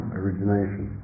origination